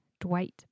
Dwight